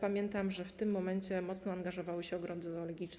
pamiętam, że w tym momencie mocno angażowały się ogrody zoologiczne.